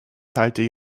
teilte